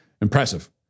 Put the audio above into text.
Impressive